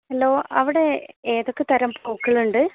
hello അവിടെ ഏതൊക്കെ തരം പൂക്കളുണ്ട്